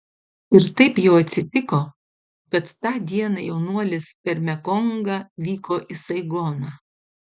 ir taip jau atsitiko kad tą dieną jaunuolis per mekongą vyko į saigoną